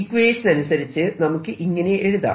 equation അനുസരിച്ച് നമുക്ക് ഇങ്ങനെ എഴുതാം